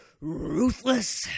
ruthless